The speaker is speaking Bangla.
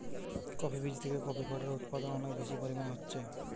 কফি বীজ থিকে কফি পাউডার উদপাদন অনেক বেশি পরিমাণে হচ্ছে